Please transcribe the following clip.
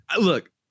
look